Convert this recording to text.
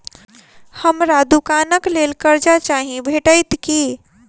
हमरा दुकानक लेल कर्जा चाहि भेटइत की?